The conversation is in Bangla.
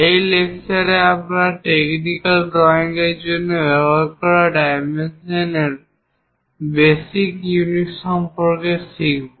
এই লেকচারে আমরা টেকনিক্যাল ড্রয়িং এর জন্য ব্যবহার করা ডাইমেনশনের বেসিক ইউনিট সম্পর্কে শিখব